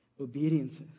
Obediences